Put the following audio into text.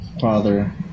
Father